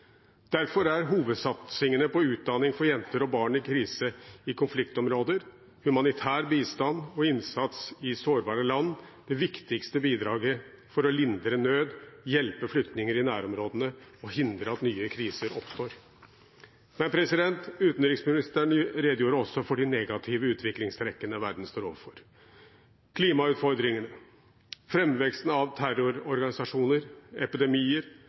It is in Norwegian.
Derfor er hovedsatsingene på utdanning for jenter og barn i krise- og konfliktområder, humanitær bistand og innsats i sårbare land de viktigste bidragene for å lindre nød, hjelpe flyktninger i nærområdene og hindre at nye kriser oppstår. Utenriksministeren redegjorde også for de negative utviklingstrekkene verden står overfor: klimautfordringene, framveksten av terrororganisasjoner, epidemier